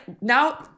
now